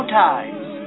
ties